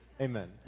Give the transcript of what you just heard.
Amen